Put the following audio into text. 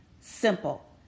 Simple